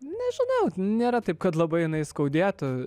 nežinau nėra taip kad labai jinai skaudėtų